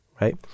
right